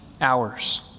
hours